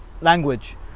language